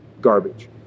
garbage